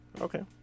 Okay